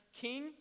king